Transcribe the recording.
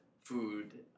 food